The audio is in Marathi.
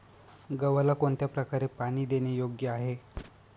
गव्हाला कोणत्या प्रकारे पाणी देणे योग्य आहे?